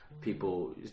people